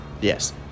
Yes